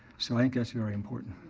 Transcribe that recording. so i think that's very important.